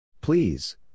Please